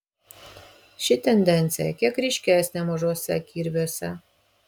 ši tendencija kiek ryškesnė mažuose kirviuose